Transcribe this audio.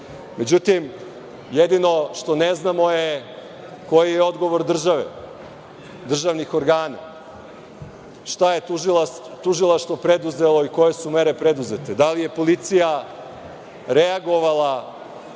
mogao.Međutim, jedino što ne znamo je koji je odgovor države, državnih organa. Šta je tužilaštvo preduzelo i koje su mere preduzete. Da li je policija reagovala